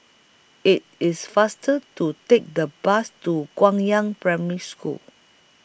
IT IS faster to Take The Bus to Gong Yang Primary School